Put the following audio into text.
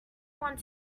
want